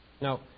Now